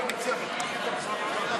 ההצעה להעביר את הצעת חוק המרכז לגביית קנסות,